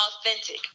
authentic